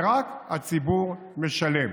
ורק הציבור משלם.